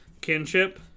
Kinship